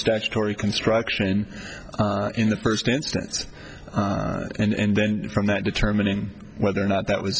statutory construction in the first instance and then from that determining whether or not that was